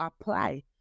apply